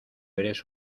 eres